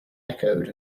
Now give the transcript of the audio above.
echoed